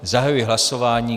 Zahajuji hlasování.